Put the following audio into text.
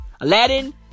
Aladdin